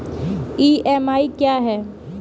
EMI क्या है?